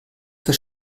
für